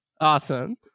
Awesome